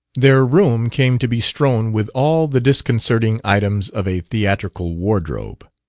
their room came to be strown with all the disconcerting items of a theatrical wardrobe.